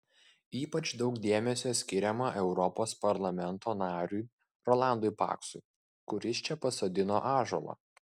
ypač daug dėmesio skiriama europos parlamento nariui rolandui paksui kuris čia pasodino ąžuolą